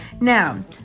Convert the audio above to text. Now